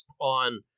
on